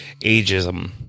ageism